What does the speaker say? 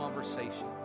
conversation